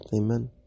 Amen